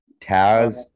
Taz